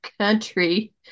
country